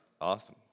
Awesome